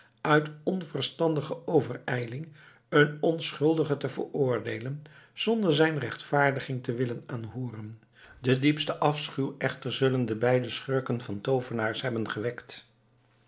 uit onverstandige overijling een onschuldige te veroordeelen zonder zijn rechtvaardiging te willen aanhooren den diepsten afschuw echter zullen de beide schurken van toovenaars hebben gewekt